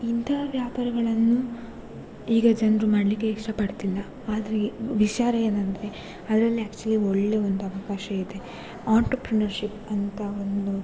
ಇಂಥ ವ್ಯಾಪಾರಗಳನ್ನು ಈಗ ಜನರು ಮಾಡಲಿಕ್ಕೆ ಇಷ್ಟಪಡ್ತಿಲ್ಲ ಆದರೆ ವಿಷಾದ ಏನಂದರೆ ಅದರಲ್ಲಿ ಆ್ಯಕ್ಚುಲಿ ಒಳ್ಳೆಯ ಒಂದು ಅವಕಾಶ ಇದೆ ಅಂಟ್ರೊಪ್ರುನರ್ಶಿಪ್ ಅಂತ ಒಂದು